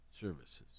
services